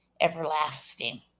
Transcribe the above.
everlasting